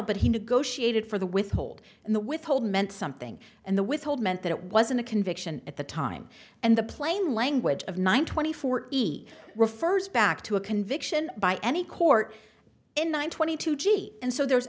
but he negotiated for the withhold and the withhold meant something and the withhold meant that it wasn't a conviction at the time and the plain language of nine twenty four he refers back to a conviction by any court in one thousand and two g and so there